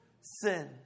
sin